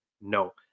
no